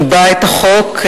גיבה את החוק,